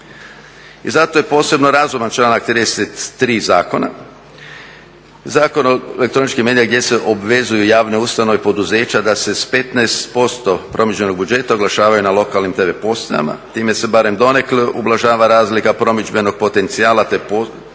I zato je posebno razuman članak 33. zakona, Zakon o elektroničkim medijima gdje se obvezuju javne ustanove, poduzeća da se 15% promidžbenog budžeta oglašavaju na lokalnim TV postajama. Time se barem donekle ublažava razlika promidžbenog potencijala te postaje